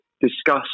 discuss